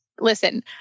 listen